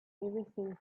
everything